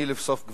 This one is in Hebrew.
לבסוף,